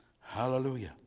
Hallelujah